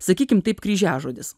sakykim taip kryžiažodis